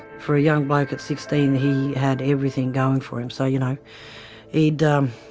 for a young bloke at sixteen he had everything going for him so you know he'd um